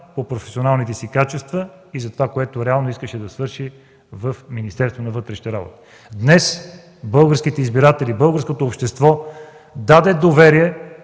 по професионалните си качества и затова, което реално искаше да свърши в Министерството на вътрешните работи. Днес българските избиратели и българското общество дадоха доверие